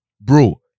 bro